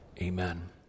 Amen